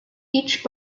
each